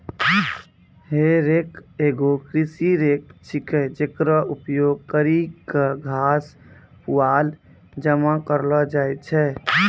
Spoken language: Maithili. हे रेक एगो कृषि रेक छिकै, जेकरो उपयोग करि क घास, पुआल जमा करलो जाय छै